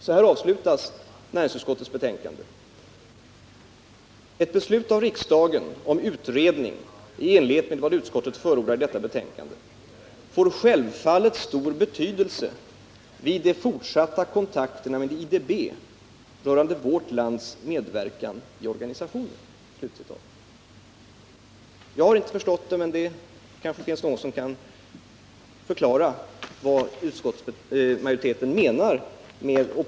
Så här avslutas utskottets betänkande: ”Ett beslut av riksdagen om utredning i enlighet med vad utskottet förordar i detta betänkande får självfallet stor betydelse vid de fortsatta kontakterna med IDB rörande vårt lands medverkan i organisationen.” Jag har inte förstått det, men det kanske finns någon som kan förklara vad utskottsmajoriteten menar med detta.